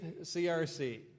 CRC